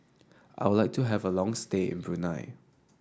I would like to have a long stay in Brunei